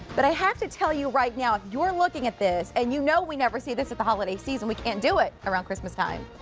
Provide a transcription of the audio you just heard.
but i have to tell you right now, if you're looking at this, and you know we never see this at the holiday season, we can't do it around christmastime,